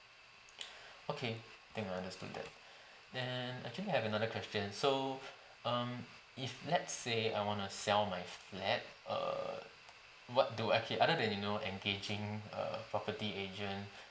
okay think I understood that and actually I have another question so um if let's say I want to sell my flat err what do okay other than you know engaging a property agent